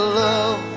love